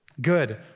good